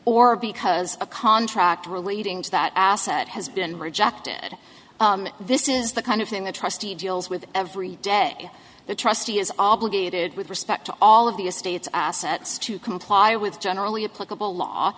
or because a contract relating to that asset has been rejected this is the kind of thing the trustee deals with every day the trustee is obligated with respect to all of the estates assets to comply with generally applicable law